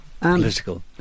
political